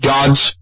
God's